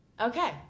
Okay